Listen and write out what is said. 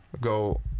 go